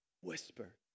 whisper